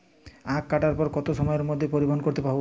আখ কাটার পর কত সময়ের মধ্যে পরিবহন করতে হবে?